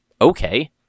okay